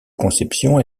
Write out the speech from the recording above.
conception